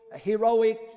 heroic